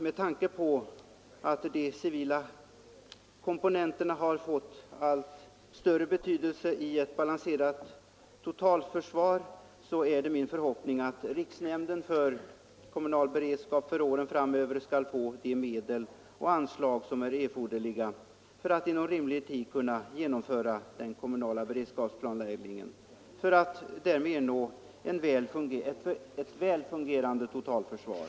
Med tanke på att de civila komponenterna har fått allt större betydelse i ett balanserat totalförsvar är det min förhoppning att riksnämnden för kommunal beredskap framöver skall få de medel och anslag som är erforderliga för att inom rimlig tid kunna genomföra den kommunala beredskapsplanläggningen i syfte att ernå ett väl fungerande totalförsvar.